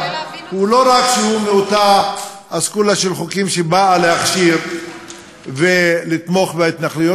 לא רק שהוא מאותה אסכולה של חוקים שבאה להכשיר ולתמוך בהתנחלויות,